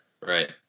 Right